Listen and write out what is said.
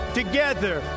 together